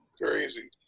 Crazy